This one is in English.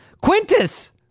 Quintus